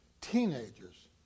teenagers